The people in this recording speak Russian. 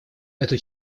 эту